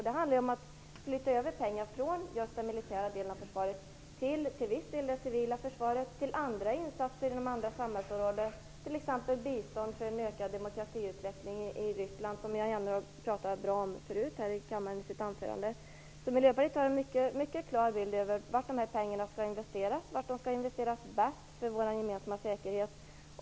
Det handlar om att flytta över pengar från den militära delen av försvaret till det civila försvaret och till insatser inom andra samhällsområden - t.ex. bistånd för en ökad demokratiutveckling i Ryssland, som Jan Jennehag pratade bra om förut här i kammaren i sitt anförande. Miljöpartiet har alltså en mycket klar bild av var pengarna skall investeras och var de bäst skall investeras för vår gemensamma säkerhet.